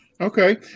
Okay